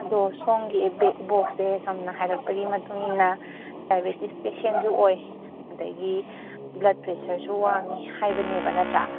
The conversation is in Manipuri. ꯑꯗꯣ ꯁꯣꯝꯒꯤ ꯏꯕꯣꯛꯁꯦ ꯁꯣꯝꯅ ꯍꯥꯏꯔꯛꯄꯒꯤ ꯃꯇꯨꯡ ꯏꯟꯅ ꯗꯥꯏꯕꯦꯇꯤꯁ ꯄꯦꯁꯦꯟꯁꯨ ꯑꯣꯏ ꯑꯗꯒꯤ ꯕ꯭ꯂꯗ ꯄ꯭ꯔꯦꯁꯔꯁꯨ ꯋꯥꯡꯏ ꯍꯥꯏꯕꯅꯦꯕ ꯅꯠꯇ꯭ꯔꯥ